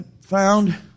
found